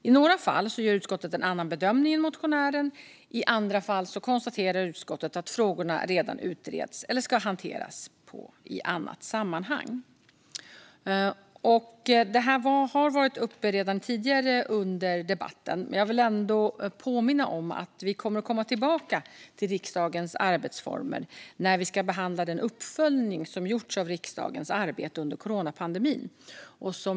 I några fall gör utskottet en annan bedömning än motionären. I andra fall konstaterar utskottet att frågorna redan utreds eller ska hanteras i ett annat sammanhang. Detta har varit uppe tidigare under debatten, men jag vill ändå påminna om att vi kommer att komma tillbaka till riksdagens arbetsformer när vi ska behandla den uppföljning som har gjorts av riksdagens arbete under coronapandemin.